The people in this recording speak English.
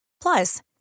Plus